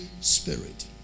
spirit